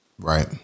Right